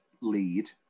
lead